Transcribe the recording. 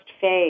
phase